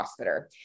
CrossFitter